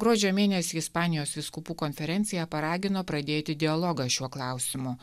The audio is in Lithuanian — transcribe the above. gruodžio mėnesį ispanijos vyskupų konferencija paragino pradėti dialogą šiuo klausimu